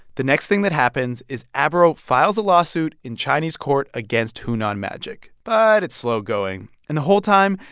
the next thing that happens is abro files a lawsuit in chinese court against hunan magic. but it's slow going. and the whole time,